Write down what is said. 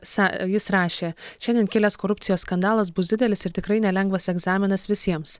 sa jis rašė šiandien kilęs korupcijos skandalas bus didelis ir tikrai nelengvas egzaminas visiems